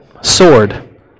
Sword